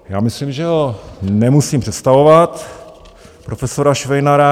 Já myslím, že ho nemusím představovat, profesora Švejnara.